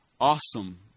Awesome